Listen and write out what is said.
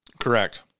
correct